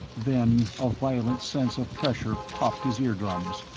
then a violent sense of pressure popped his ear drums,